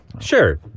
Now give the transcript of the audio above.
Sure